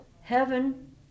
Heaven